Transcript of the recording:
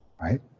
Right